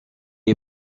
est